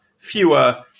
Fewer